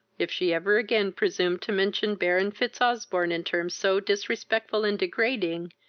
if she ever again presumed to mention baron fitzosbourne in terms so disrespectful and degrading,